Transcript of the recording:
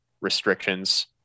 restrictions